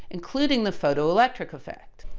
including the photoelectric effect.